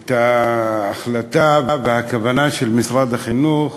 את ההחלטה והכוונה של משרד החינוך